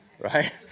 Right